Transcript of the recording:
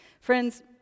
Friends